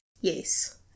Yes